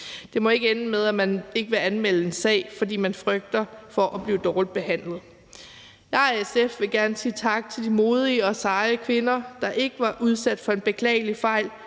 Det må ikke ende med, at man ikke vil anmelde en sag, fordi man frygter at blive dårligt behandlet. Jeg og SF vil gerne sige tak til de modige og seje kvinder, der ikke var udsat for en beklagelig fejl,